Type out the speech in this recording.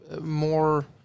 more